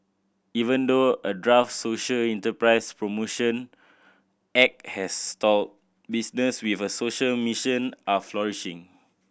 even though a draft social enterprise promotion act has stalled business with a social mission are flourishing